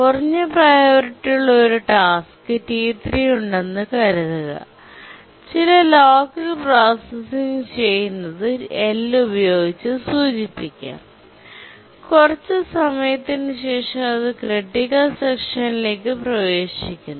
കുറഞ്ഞ പ്രിയോറിറ്റിയുള്ള ഒരു ടാസ്ക് ടി 3 ഉണ്ടെന്ന് കരുതുക ചില ലോക്കൽ പ്രോസസ്സിംഗ്ചെയ്യുന്നത് L ഉപയോഗിച്ചു സൂചിപ്പിക്കാം കുറച്ച് സമയത്തിന് ശേഷം അത് ക്രിട്ടിക്കൽ സെക്ഷൻലേക്ക് പ്രവേശിക്കുന്നു